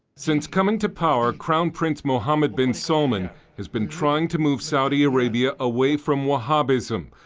since coming to power, crown prince muhammad bin solman has been trying to move saudi arabia away from wahabism,